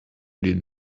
did